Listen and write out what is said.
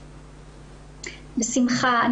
בשמחה.